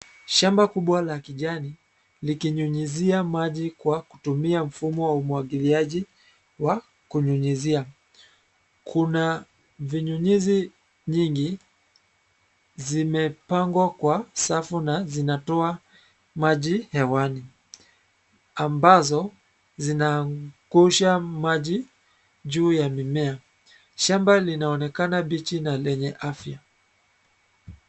Shamba kubwa la kijani likinyunyizia maji kwa kutumia mfumo wa umwagiliaji wa kunyunyizia. Kuna vinyunyizi nyingi zimepangwa kwa safu na zinatoa maji hewani, ambazo zinaangusha maji juu ya mimea. Shamba linaonekana mbichi na lenye afya.